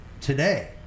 today